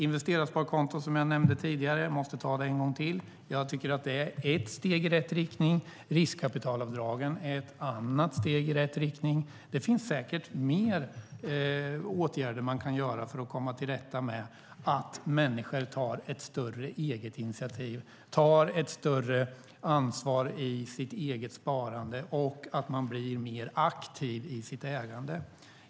Investerarsparkonton, som jag nämnde tidigare och måste ta upp en gång till, tycker jag är ett steg i rätt riktning. Riskkapitalavdragen är ett annat steg i rätt riktning. Det finns säkert fler åtgärder man kan vidta så att människor tar ett eget större initiativ och tar ett större ansvar i sitt eget sparande och blir mer aktiva i sitt eget ägande.